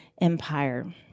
empire